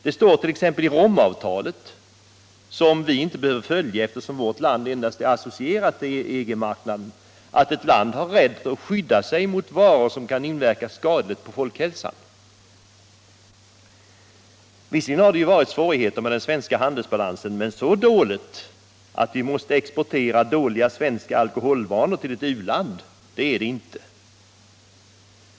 Det står t.ex. i Romavtalet, som vi inte behöver följa eftersom vårt land endast är associerat till EG-marknaden, att ett land har rätt att skydda sig mot varor som kan inverka skadligt på folkhälsan. Visserligen har det varit svårigheter med den svenska handelbalansen, men så dåligt att vi måste exportera dåliga svenska alkoholvanor till ett u-land är det inte.